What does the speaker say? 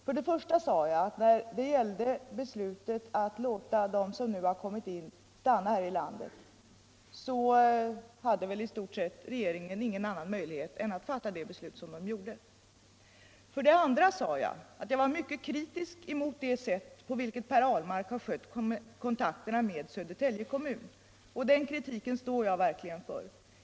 För det första sade jag att när det gäller beslutet att låta dem som nu kommit in stanna här i landet hade väl regeringen i stort sett ingen annan möjlighet än att fatta det beslutet. För det andra sade jag att jag var mycket kritisk mot det sätt på vilket Per Ahlmark skött kontakterna med Södertälje kommun. Den kritiken står jag verkligen för.